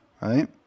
Right